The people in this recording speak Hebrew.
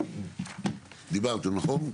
דיברתם נכון?